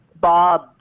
Bob